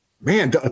Man